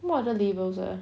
what other labels ah